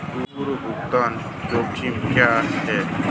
पूर्व भुगतान जोखिम क्या हैं?